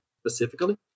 specifically